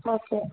okay